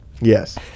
Yes